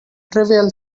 trivial